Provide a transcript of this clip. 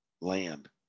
land